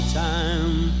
time